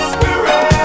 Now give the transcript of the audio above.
Spirit